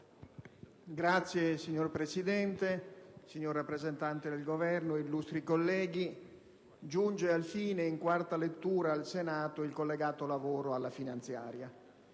*relatore*. Signor Presidente, signor rappresentante del Governo, illustri colleghi, giunge alfine in quarta lettura al Senato il collegato lavoro alla finanziaria.